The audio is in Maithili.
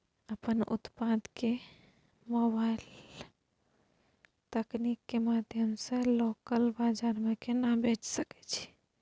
अपन उत्पाद के मोबाइल तकनीक के माध्यम से लोकल बाजार में केना बेच सकै छी?